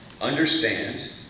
understand